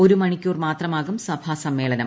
ഒരു മണിക്കൂർ ്മാത്ര്മാകും സഭാ സമ്മേളനം